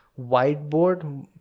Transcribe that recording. whiteboard